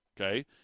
okay